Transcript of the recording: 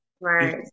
Right